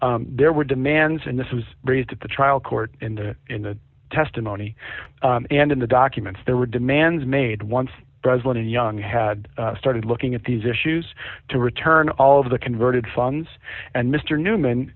yet there were demands and this was raised at the trial court and in the testimony and in the documents there were demands made once breslin and young had started looking at these issues to return all of the converted funds and mr newman